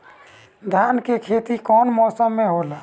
धान के खेती कवन मौसम में होला?